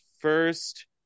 first